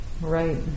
Right